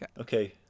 okay